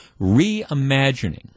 reimagining